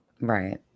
Right